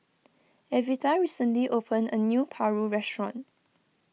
Evita recently opened a new Paru restaurant